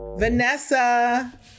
Vanessa